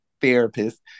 therapist